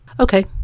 Okay